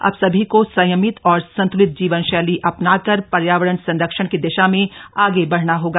अब सभी को संयमित और संतुलित जीवन शैली अपना कर पर्यावरण संरक्षण की दिशा में आगे बढ़ना होगा